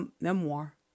memoir